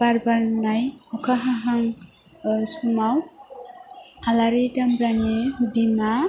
बार बारनाय अखा हाहां समाव आलारि दामब्रानि बिमा